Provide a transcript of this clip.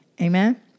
Amen